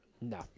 No